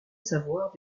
savoir